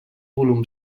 volum